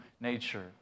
nature